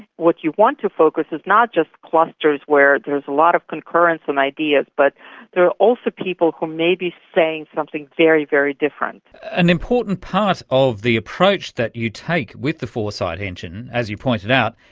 what you want to focus on is not just clusters where there is a lot of concurrence on ideas but there are also people who may be saying something very, very different. an important part of the approach that you take with the foresight engine, as you pointed out,